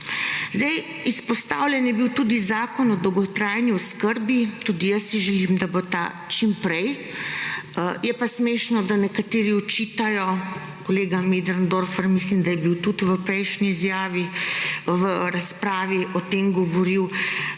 Zdaj, izpostavljen je bil tudi Zakon o dolgotrajni oskrbi. Tudi jaz si želim, da bo ta čimprej. Je pa smešno, da nekateri očitajo, kolega Möderndorfer mislim, da je bil tudi v prejšnji razpravi o tem govoril,